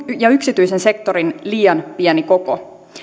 ja yksityisen sektorin liian pieni koko